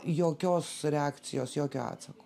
jokios reakcijos jokio atsako